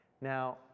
now